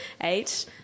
eight